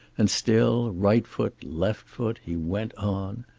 and still, right foot, left foot, he went on.